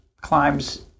climbs